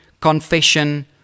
confession